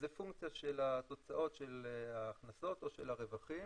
זו פונקציה של התוצאות של ההכנסות או של הרווחים,